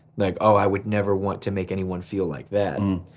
like oh, i would never want to make anyone feel like that.